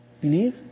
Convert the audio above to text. Believe